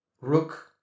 Rook